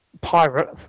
pirate